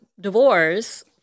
divorce